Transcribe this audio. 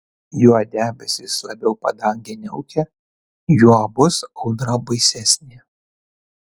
juo debesys labiau padangę niaukia juo bus audra baisesnė